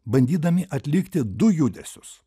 bandydami atlikti du judesius